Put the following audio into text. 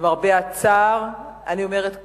למרבה הצער, אני אומרת כאן,